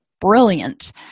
brilliant